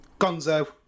Gonzo